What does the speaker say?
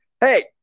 hey